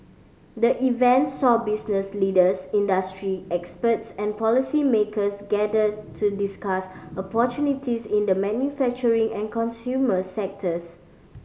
the event saw business leaders industry experts and policymakers gather to discuss opportunities in the manufacturing and consumer sectors